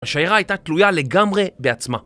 השיירה הייתה תלויה לגמרי בעצמה